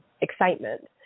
excitement